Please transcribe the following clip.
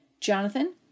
Jonathan